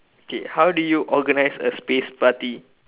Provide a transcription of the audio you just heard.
okay how do you organize a space party